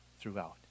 throughout